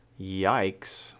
Yikes